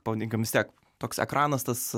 pavadinkim vis tiek toks ekranas tas